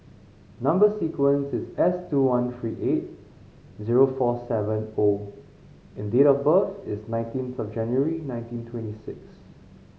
number sequence is S two one three eight zero four seven O and date of birth is nineteenth of January nineteen twenty six